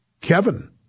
Kevin